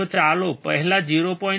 તો ચાલો પહેલા 0